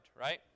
right